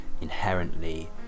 inherently